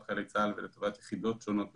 חיילי צה"ל ולטובת יחידות שונות בצה"ל.